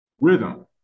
rhythm